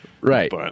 Right